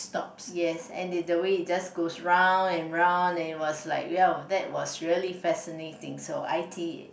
yes and the the way it just goes round and round it was like !wow! that was really fascinating so i_t